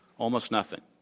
almost nothing.